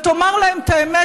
ותאמר להם את האמת,